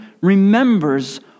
remembers